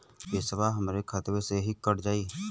पेसावा हमरा खतवे से ही कट जाई?